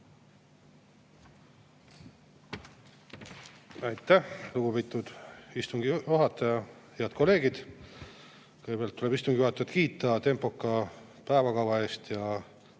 Aitäh, lugupeetud istungi juhataja! Head kolleegid! Kõigepealt tuleb istungi juhatajat kiita tempoka päevakava eest ja